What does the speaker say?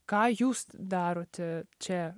ką jūs darote čia